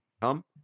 come